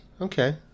Okay